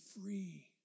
free